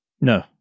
No